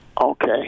Okay